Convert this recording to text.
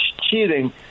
cheating